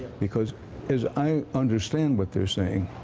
because as i understand what they're saying,